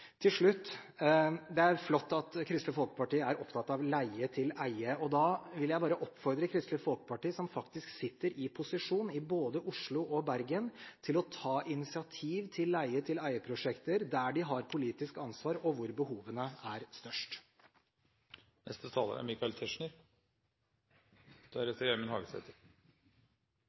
Til slutt: Det er flott at Kristelig Folkeparti er opptatt av leie til eie. Da vil jeg bare oppfordre Kristelig Folkeparti, som faktisk sitter i posisjon i både Oslo og Bergen, til å ta initiativ til leie-til-eie-prosjekter der de har politisk ansvar, og hvor behovene er størst.